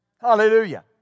hallelujah